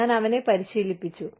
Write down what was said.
ഞാൻ അവനെ പരിശീലിപ്പിച്ചു